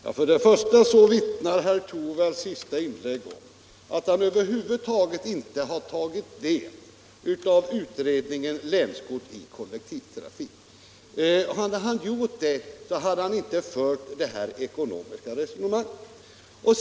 Herr talman! Till att börja med vittnar herr Torwalds senaste inlägg om att han över huvud taget inte har tagit del av utredningsbetänkandet Länskort i kollektivtrafiken. Hade han gjort det hade han inte fört det här ekonomiska resonemanget.